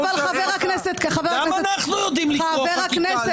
אבל חבר הכנסת קריב --- גם אנחנו יודעים לקרוא חקיקה,